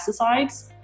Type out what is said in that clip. pesticides